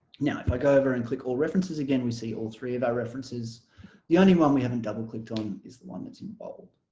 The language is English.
now if i go over and click all references again we see all three of our references the only one we haven't double clicked on is the one that's involved